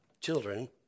Children